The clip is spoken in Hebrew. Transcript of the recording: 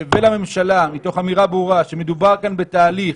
ולממשלה מתוך האמירה ברורה שמדובר כאן בתהליך